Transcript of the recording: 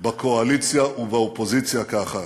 בקואליציה ובאופוזיציה כאחת.